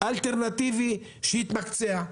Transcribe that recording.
אלטרנטיבי שיתמקצע.